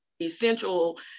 essential